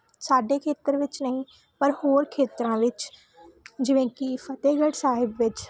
ਸਾਡੇ ਖੇਤਰ ਵਿੱਚ ਨਹੀਂ ਪਰ ਹੋਰ ਖੇਤਰਾਂ ਵਿੱਚ ਜਿਵੇਂ ਕਿ ਫਤਿਹਗੜ੍ਹ ਸਾਹਿਬ ਵਿੱਚ